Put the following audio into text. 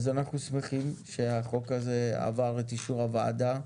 אנחנו שמחים שהחוק הזה עבר את אישור הוועדה.